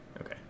Okay